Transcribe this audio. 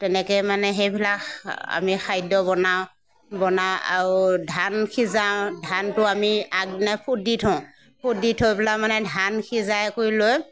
তেনেকৈ মানে সেইবিলাক আমি খাদ্য বনাওঁ বনাই আৰু ধান সিজাওঁ ধানটো আমি আগদিনা খুদি থওঁ খুদি থৈ পেলাই মানে ধান সিজাই কৰি লৈ